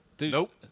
Nope